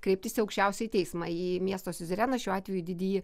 kreiptis į aukščiausiąjį teismą į miesto siuzereną šiuo atveju didįjį